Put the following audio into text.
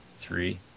Three